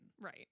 right